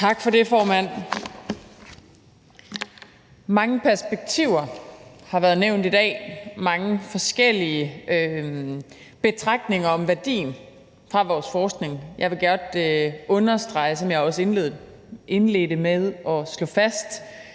Tak for det, formand. Mange perspektiver har været nævnt i dag, mange forskellige betragtninger om værdien af vores forskning. Jeg vil godt understrege, som jeg også indledte med at slå fast,